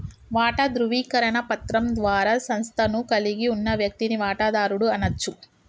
వాటా ధృవీకరణ పత్రం ద్వారా సంస్థను కలిగి ఉన్న వ్యక్తిని వాటాదారుడు అనచ్చు